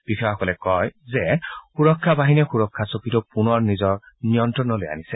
বিষয়াসকলে কয় যে সুৰক্ষা বাহিনীয়ে পহৰা চকীটো পুনৰ নিজৰ নিয়ন্ত্ৰণলৈ আনিছে